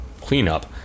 cleanup